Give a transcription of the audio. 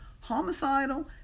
homicidal